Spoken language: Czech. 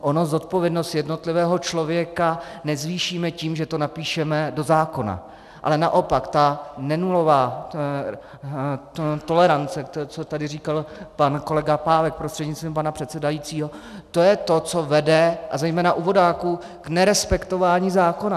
Ono zodpovědnost jednotlivého člověka nezvýšíme tím, že to napíšeme do zákona, ale naopak ta nenulová tolerance, co tady říkal pan kolega Pávek prostřednictvím pana předsedajícího, to je to, co vede, a zejména u vodáků, k nerespektování zákona.